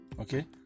okay